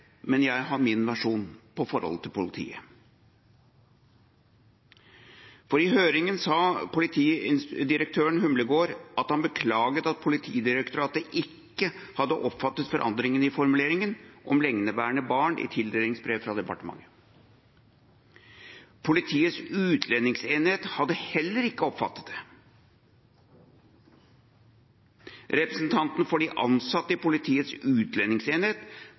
men jeg har min versjon om forholdet til politiet. I høringen sa politidirektøren, Humlegård, at han beklaget at Politidirektoratet ikke hadde oppfattet forandringen i formuleringen om lengeværende barn i tildelingsbrevet fra departementet. Politiets utlendingsenhet hadde heller ikke oppfattet det. Representanten for de ansatte i Politiets utlendingsenhet